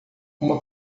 uma